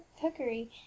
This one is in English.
cookery